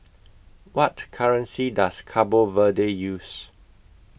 What currency Does Cabo Verde use